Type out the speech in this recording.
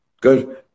good